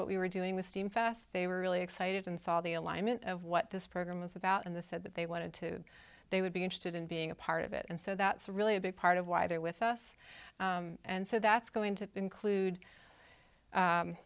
what we were doing with steam fest they were really excited and saw the alignment of what this program was about and the said that they wanted to they would be interested in being a part of it and so that's really a big part of why they're with us and so that's going to include